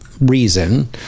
reason